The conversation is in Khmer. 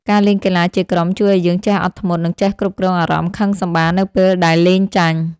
ការលេងកីឡាជាក្រុមជួយឱ្យយើងចេះអត់ធ្មត់ និងចេះគ្រប់គ្រងអារម្មណ៍ខឹងសម្បារនៅពេលដែលលេងចាញ់។